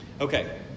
Okay